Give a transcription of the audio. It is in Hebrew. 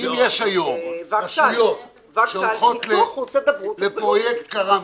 שאם יש היום רשויות שהולכות לפרויקט קר"מי,